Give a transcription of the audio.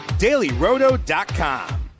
dailyroto.com